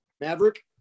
Maverick